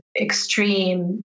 extreme